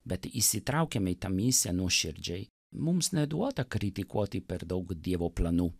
bet įsitraukiame į tą misiją nuoširdžiai mums neduota kritikuoti per daug dievo planų